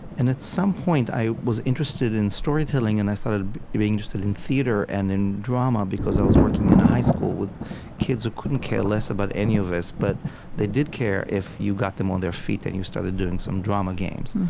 and at some point i was interested in storytelling, and i thought i'd be interested in theater and in drama, because i was working in a high school with kids who couldn't care less about any of this. but they did care if you got them on their feet and you started doing some drama games.